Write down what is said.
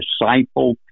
disciple